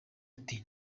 ati